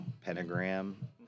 Pentagram